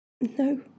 No